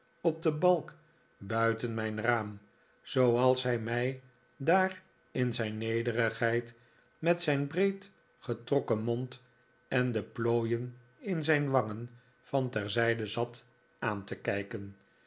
op den balk buiteri mijn raam zooals hij mij daar in zijn nederigheid met zijn breed getrokken mond en de plooien in zijn wangen van terzijde zat aan te kijken